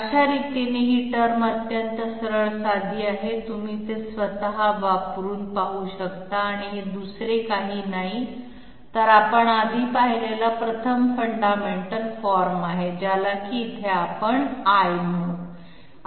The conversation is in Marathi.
अशा रीतीने ही टर्म अत्यंत सरळ साधी आहे तुम्ही ते स्वतः वापरून पाहू शकता आणि हे दुसरे काहीही नाही तर आपण आधी पाहिलेला प्रथम फंडामेंटल फॉर्म आहे ज्याला की इथे आपण I म्हणू